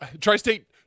Tri-State